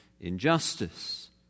injustice